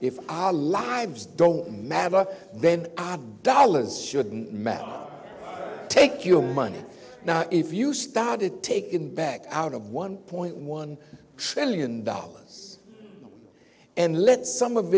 if our lives don't matter then dollars shouldn't matter take your money now if you started taking back out of one point one trillion dollars and let some of